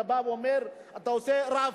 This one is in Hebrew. אתה בא ואומר שאתה עושה רף,